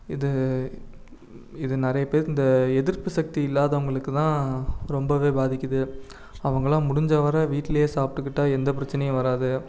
இது இது நிறைய பேர் இந்த எதிர்ப்பு சக்தி இல்லாதவங்களுக்குதான் ரொம்பவே பாதிக்குது அவங்கலாம் முடிஞ்ச வர வீட்டிலையே சாப்பிட்டுக்கிட்டா எந்த பிரச்சனையும் வராது